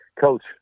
coach